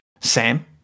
Sam